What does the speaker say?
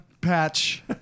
patch